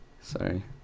Sorry